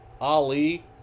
Ali